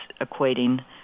equating